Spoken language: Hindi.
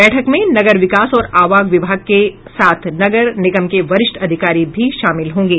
बैठक में नगर विकास और आवास विभाग के साथ नगर निगम के वरिष्ठ अधिकारी भी शामिल होंगे